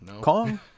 Kong